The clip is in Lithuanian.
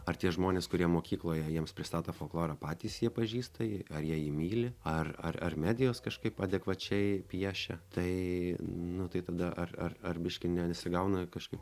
ar tie žmonės kurie mokykloje jiems pristato folklorą patys jie pažįsta jį ar jie jį myli ar ar ar medijos kažkaip adekvačiai piešia tai nu tai tada ar ar ar biškį nesigauna kažkaip